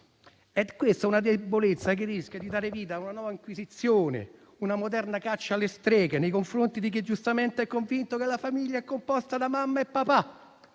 È una debolezza che rischia di dare vita ad una nuova inquisizione, una moderna caccia alle streghe nei confronti di chi giustamente è convinto che la famiglia è composta da mamma e papà.